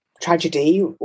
tragedy